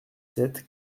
sept